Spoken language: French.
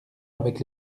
avec